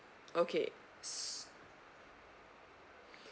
okay